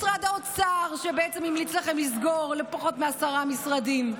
משרד האוצר שבעצם המליץ לכם לסגור לפחות עשרה משרדים.